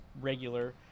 regular